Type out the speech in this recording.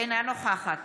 אינה נוכחת